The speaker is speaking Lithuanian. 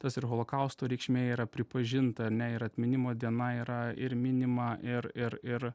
tas ir holokausto reikšmė yra pripažinta ar ne ir atminimo diena yra ir minima ir ir ir